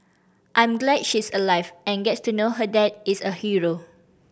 I'm glad she's alive and gets to know her dad is a hero